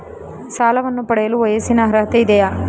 ಸಾಲವನ್ನು ಪಡೆಯಲು ವಯಸ್ಸಿನ ಅರ್ಹತೆ ಇದೆಯಾ?